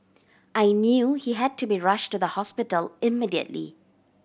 I knew he had to be rushed to the hospital immediately